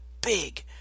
big